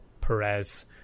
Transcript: Perez